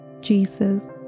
Jesus